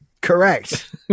Correct